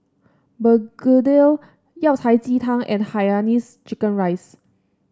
begedil Yao Cai Ji Tang and Hainanese Chicken Rice